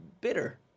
bitter